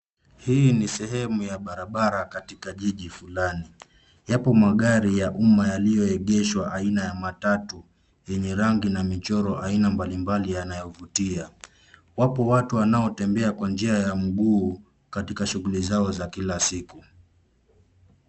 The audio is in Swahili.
Hii ni sehemu ya barabara katika jiji Fulani. Yapo magari ya umma yaliyoegeshwa aina ya matatu yenye rangi na michoro aina mbalimbali yanayovutia. Wapo watu wanaotembea Kwa njia ya mguu katika shuguli zao za kila siku.